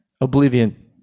Oblivion